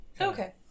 Okay